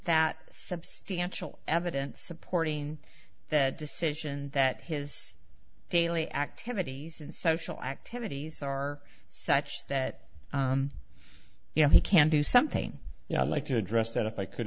that substantial evidence supporting that decision that his daily activities and social activities are such that you know he can do something you know i'd like to address that if i could